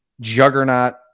juggernaut